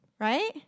Right